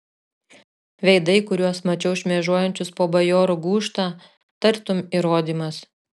veidai kuriuos mačiau šmėžuojančius po bajorų gūžtą tartum įrodymas